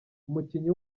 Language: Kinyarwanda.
umukinnyi